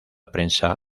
prensa